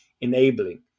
enabling